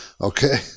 Okay